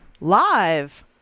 live